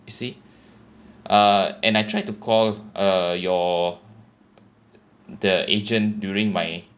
you see uh and I tried to call uh your the agent during my